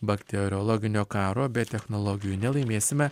bakteriologinio karo bet technologijų nelaimėsime